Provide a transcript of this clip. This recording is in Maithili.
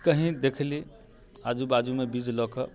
कहीं देखली आजू बाजूमे बीज लेके